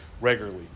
regularly